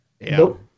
Nope